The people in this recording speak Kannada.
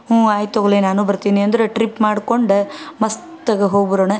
ಹ್ಞೂ ಆಯ್ತು ತಗೋಳೆ ನಾನು ಬರ್ತೀನಿ ಅಂದ್ರೆ ಟ್ರಿಪ್ ಮಾಡ್ಕೊಂಡು ಮಸ್ತಾಗಿ ಹೋಗಿಬರೋಣ